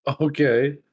Okay